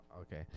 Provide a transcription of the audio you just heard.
Okay